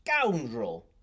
scoundrel